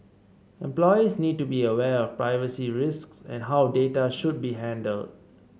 employees need to be aware of privacy risks and how data should be handled